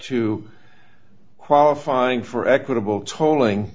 to qualifying for equitable tolling